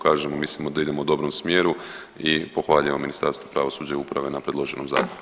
Kažemo mislimo da idemo u dobrom smjeru i pohvaljujemo Ministarstvo pravosuđa i uprave na predloženom zakonu.